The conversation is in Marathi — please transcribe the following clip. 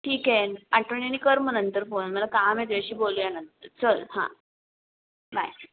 ठीक आहे आठवणीने कर मग नंतर फोन मला काम आहे तुझ्याशी बोलूया नंतर चल हां बाय